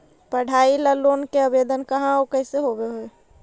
पढाई ल लोन के आवेदन कहा औ कैसे होब है?